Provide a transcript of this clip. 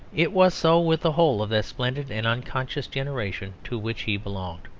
it was so with the whole of that splendid and unconscious generation to which he belonged.